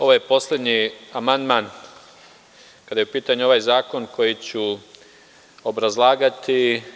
Ovo je poslednji amandman kada je u pitanju ovaj zakon koji ću obrazlagati.